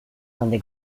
donde